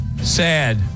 Sad